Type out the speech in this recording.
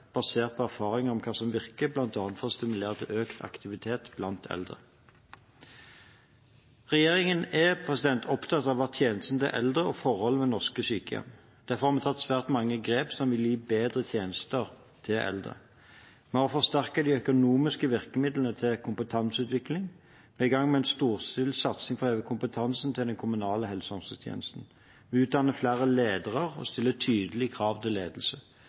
basert på erfaringer om hva som virker, bl.a. for å stimulere til økt aktivitet blant eldre. Regjeringen er opptatt av tjenestene til eldre og forholdene ved norske sykehjem. Derfor har vi tatt svært mange grep som vil gi bedre tjenester til eldre. Vi har forsterket de økonomiske virkemidlene til kompetanseutvikling, og vi er i gang med en storstilt satsing på å heve kompetansen til den kommunale helse- og omsorgstjenesten. Vi utdanner flere ledere og stiller tydelige krav til ledelse.